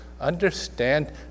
understand